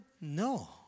no